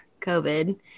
COVID